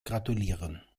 gratulieren